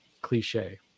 cliche